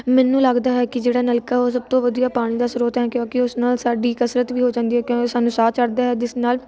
ਮੈਨੂੰ ਲੱਗਦਾ ਹੈ ਕਿ ਜਿਹੜਾ ਨਲਕਾ ਉਹ ਸਭ ਤੋਂ ਵਧੀਆ ਪਾਣੀ ਦਾ ਸਰੋਤ ਹੈ ਕਿਉਂਕਿ ਉਸ ਨਾਲ ਸਾਡੀ ਕਸਰਤ ਵੀ ਹੋ ਜਾਂਦੀ ਹੈ ਕਿਉਂਕਿ ਸਾਨੂੰ ਸਾਹ ਚੜਦਾ ਜਿਸ ਨਾਲ